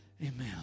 Amen